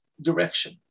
direction